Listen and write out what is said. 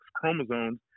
chromosomes